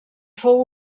fou